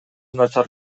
начар